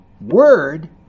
Word